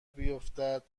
بیفتد